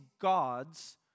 gods